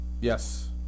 Yes